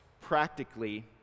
practically